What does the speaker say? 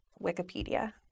Wikipedia